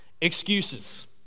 excuses